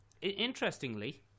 Interestingly